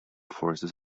forces